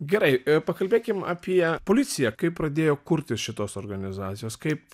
gerai pakalbėkim apie policiją kaip pradėjo kurtis šitos organizacijos kaip